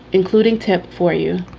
including tip for you.